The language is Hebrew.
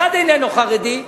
אחד איננו חרדי,